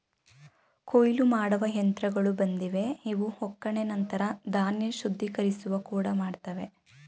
ಕೊಯ್ಲು ಮಾಡುವ ಯಂತ್ರಗಳು ಬಂದಿವೆ ಇವು ಒಕ್ಕಣೆ ನಂತರ ಧಾನ್ಯ ಶುದ್ಧೀಕರಿಸುವ ಕೂಡ ಮಾಡ್ತವೆ